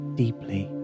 deeply